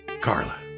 Carla